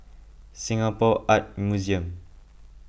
Singapore Art Museum